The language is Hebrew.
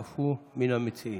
אף הוא מן המציעים.